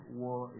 war